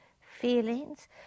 feelings